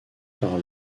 par